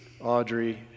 Audrey